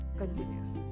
continuous